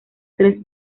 tres